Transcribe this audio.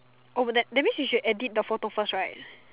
oh that means you have to edit the photo first right